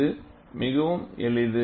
இது மிகவும் எளிது